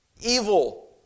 Evil